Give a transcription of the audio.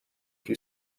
who